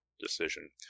decision